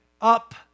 up